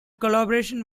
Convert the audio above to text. collaboration